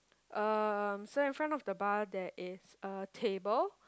um so in front of the bar there is a table